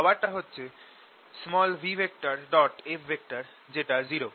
পাওয়ারটা হচ্ছে v F যেটা 0